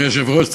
אדוני היושב-ראש,